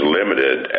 limited